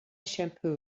shampoo